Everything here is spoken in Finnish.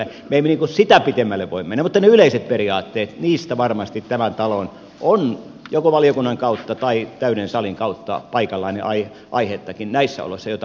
me emme sitä pitemmälle voi mennä mutta niistä yleisistä periaatteista varmasti tämän talon on joko valiokunnan kautta tai täyden salin kautta paikallaan ja aihettakin näissä oloissa jotain lausua